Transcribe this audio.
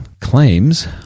claims